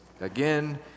Again